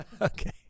Okay